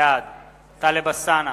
בעד טלב אלסאנע,